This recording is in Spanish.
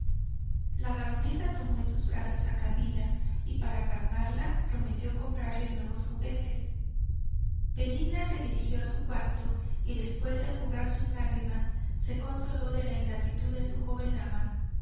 la baronesa tomó en sus brazos a camila y para calmarla prometió comprarle nuevos juguetes benigna se dirigió a su cuarto y después de enjugar sus lágrimas se consoló de la ingratitud de su joven ama